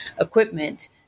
equipment